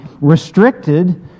restricted